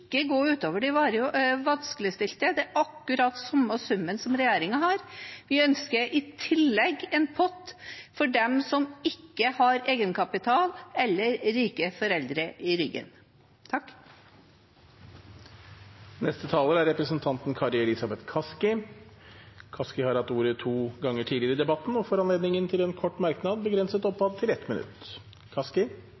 gå ut over de varig vanskeligstilte; det er akkurat den samme summen som regjeringen har. Vi ønsker i tillegg en pott for dem som ikke har egenkapital eller rike foreldre i ryggen. Representanten Kari Elisabeth Kaski har hatt ordet to ganger tidligere og får ordet til en kort merknad begrenset